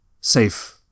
safe